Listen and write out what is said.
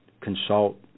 consult